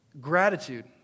gratitude